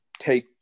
take